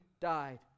died